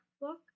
book